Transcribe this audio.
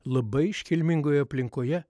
labai iškilmingoje aplinkoje